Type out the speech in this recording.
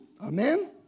Amen